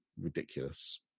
ridiculous